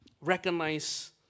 Recognize